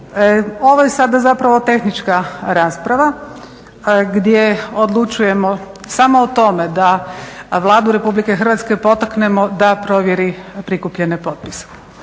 Ovo je sada zapravo tehnička rasprava gdje odlučujemo samo o tome da Vladu Republike Hrvatske potaknemo da provjeri prikupljene potpise.